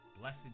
Blessed